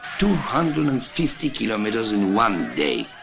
two hundred and fifty kilometers in one day.